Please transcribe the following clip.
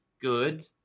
good